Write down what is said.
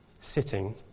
Sitting